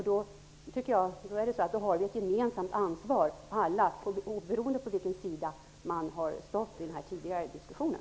Då har vi alla ett gemensamt ansvar, oberoende av på vilken sida vi har stått i den tidigare diskussionen.